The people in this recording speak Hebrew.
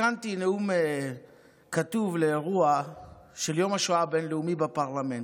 הכנתי נאום כתוב לאירוע של יום השואה הבין-לאומי בפרלמנט,